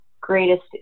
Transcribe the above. greatest